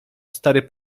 stary